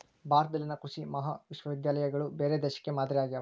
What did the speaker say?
ಭಾರತದಲ್ಲಿನ ಕೃಷಿ ಮಹಾವಿದ್ಯಾಲಯಗಳು ಬೇರೆ ದೇಶಕ್ಕೆ ಮಾದರಿ ಆಗ್ಯಾವ